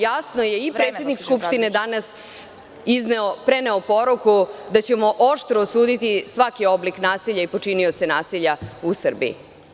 Jasno je, i predsednik Skupštine danas je preneo poruku da ćemo oštro osuditi svaki oblik nasilja i počinioce nasilja u Srbiji.